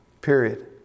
period